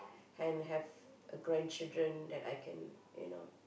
and have a grandchildren that I can you know